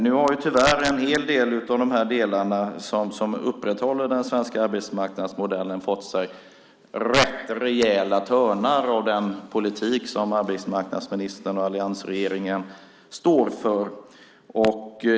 Nu har tyvärr en hel del av de delar som upprätthåller den svenska arbetsmarknadsmodellen fått rätt rejäla törnar av den politik som arbetsmarknadsministern och alliansregeringen står för.